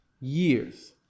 Years